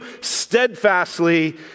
steadfastly